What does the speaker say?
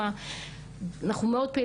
אנחנו עושים תכנית שומרי מסך,